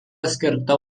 skirta